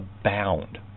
abound